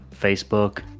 facebook